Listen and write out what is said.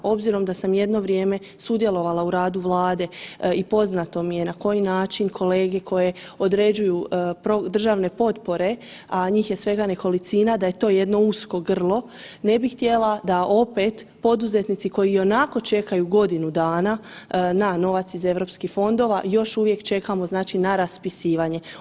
Obzirom da sam jedno vrijeme sudjelovala u radu Vlade i poznato mi je na koji način kolege koje određuju državne potpore, a njih je svega nekolicina da je to jedno usko grlo, ne bih htjela da opet poduzetnici koji i onako čekaju godinu dana na novac iz europskih fondova još uvijek čekamo na raspisivanje.